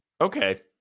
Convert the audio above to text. Okay